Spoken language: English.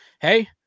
hey